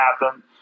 happen